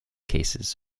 cases